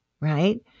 Right